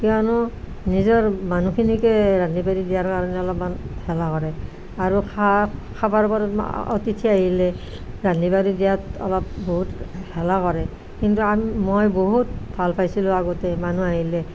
কিয়নো নিজৰ মানুহখিনিকে ৰান্ধি বাঢ়ি দিয়াৰ কাৰণে অলপমান হেলা কৰে আৰু খাক খাবাৰ পৰত অতিথি আহিলে ৰান্ধি বাঢ়ি দিয়াত অলপ বহুত হেলা কৰে কিন্তু মই বহুত ভাল পাইছিলো আগতে মানুহ আহিলে